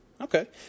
Okay